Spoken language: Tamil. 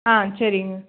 ஆ சரிங்க